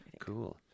Cool